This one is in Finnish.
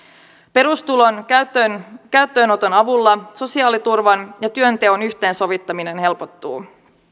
perustulon käyttöönoton avulla sosiaaliturvan ja työnteon yhteensovittaminen helpottuu